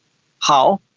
how?